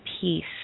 peace